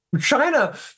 China